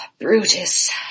Brutus